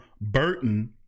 Burton